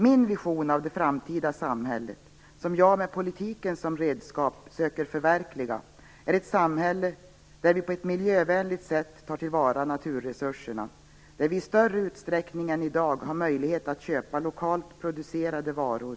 Min vision av det framtida samhället, som jag med politiken som redskap söker förverkliga, är ett samhälle där vi på ett miljövänligt sätt tar till vara naturresurserna, där vi i större utsträckning än i dag har möjlighet att köpa lokalt producerade varor.